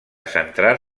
centrar